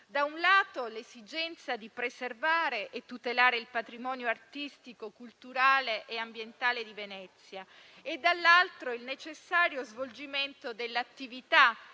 da un lato, l'esigenza di preservare e tutelare il patrimonio artistico, culturale e ambientale di Venezia e, dall'altro, il necessario svolgimento dell'attività